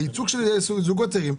זה ייצוג של זוגות צעירים,